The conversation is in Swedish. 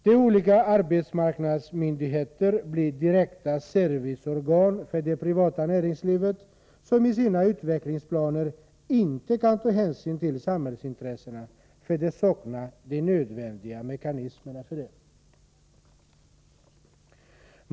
De olika arbetsmarknadsmyndigheterna blir direkta serviceorgan för det privata näringslivet, som i sina utvecklingsplaner inte kan ta hänsyn till samhällsintressena, eftersom de saknar de nödvändiga mekanismerna för det.